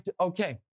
Okay